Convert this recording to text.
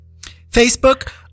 Facebook